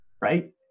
right